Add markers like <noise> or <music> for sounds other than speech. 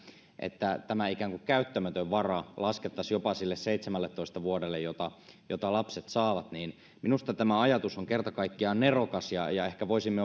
tämä ikään kuin käyttämätön vara laskettaisiin jopa niille seitsemälletoista vuodelle kun lapset tukea saavat minusta tämä ajatus on kerta kaikkiaan nerokas ja ja ehkä voisimme <unintelligible>